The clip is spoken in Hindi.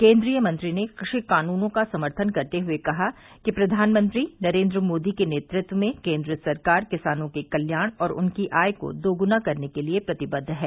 केन्द्रीय मंत्री ने कृषि कानूनों का समर्थन करते हुए कहा कि प्रधानमंत्री नरेन्द्र मोदी के नेतृत्व में केन्द्र सरकार किसानों के कल्याण और उनकी आय को दोगुना करने के लिये प्रतिबद्व है